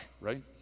right